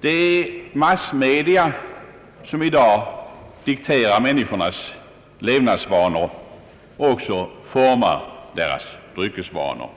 Det är massmedierna som i dag dikterar människornas levnadsvanor och även formar deras dryckesvanor.